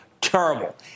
Terrible